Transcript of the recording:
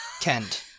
Kent